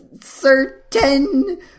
certain